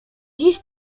dziś